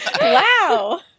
Wow